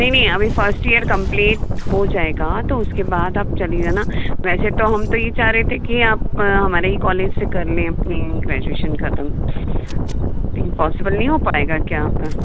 नहीं नहीं अभी फ़र्स्ट यर कंप्लीट हो जाएगा तो उसके बाद आप चली जाना वैसे तो हम तो ये चाह रहे थे कि आप हमारे ही कॉलेज से करलें अपनी ग्रेजुएशन ख़त्म पॉसिबल नहीं हो पाएगा क्या आपका